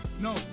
No